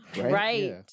Right